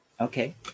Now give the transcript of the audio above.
Okay